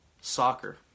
soccer